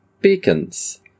beacons